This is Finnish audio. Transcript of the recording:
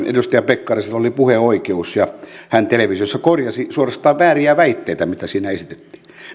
edustaja pekkarisella oli puheoikeus ja hän televisiossa korjasi suorastaan vääriä väitteitä mitä siinä esitettiin